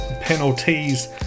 penalties